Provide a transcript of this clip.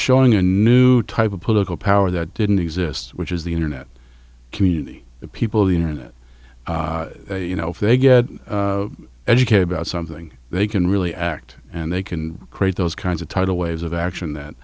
showing a new type of political power that didn't exist which is the internet community people of the internet you know if they get educated about something they can really act and they can create those kinds of tidal waves of action that